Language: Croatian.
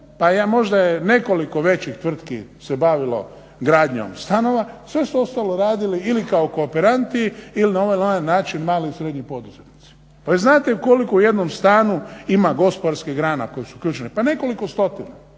možda se nekoliko većih tvrtki bavilo gradnjom stanova, sve su ostalo radili ili kao kooperanti ili na ovaj ili onaj način mali i srednji poduzetnici. Pa vi znate koliko u jednom stanu ima gospodarskih grana koje su ključne, pa nekoliko stotina.